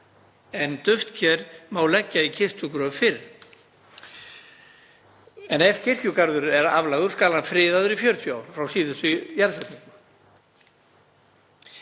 en duftker má leggja í kistugröf fyrr. Ef kirkjugarður er aflagður skal hann friðaður í 40 ár frá síðustu jarðsetningu.